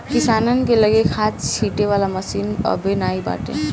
किसानन के लगे खाद छिंटे वाला मशीन अबे नाइ बाटे